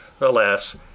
alas